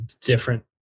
different